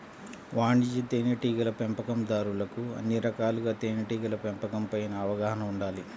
వాణిజ్య తేనెటీగల పెంపకందారులకు అన్ని రకాలుగా తేనెటీగల పెంపకం పైన అవగాహన ఉండాలి